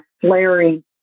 flaring